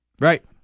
Right